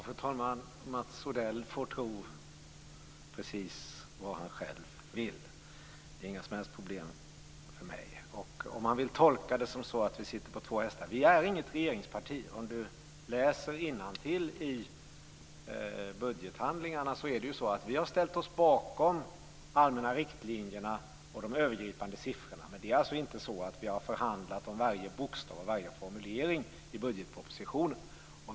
Fru talman! Mats Odell får tro precis vad han själv vill. Det är inget som helst problem för mig om han vill tolka det som att vi sitter på två hästar. Vänsterpartiet är inte något regeringsparti. Om Mats Odell läser innantill i budgethandlingarna ser han att vi har ställt oss bakom de allmänna riktlinjerna och de övergripande siffrorna. Men det är inte så att vi har förhandlat om varje bokstav och varje formulering i budgetpropositionen.